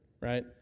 Right